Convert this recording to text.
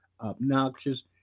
obnoxious